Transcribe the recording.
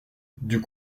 dut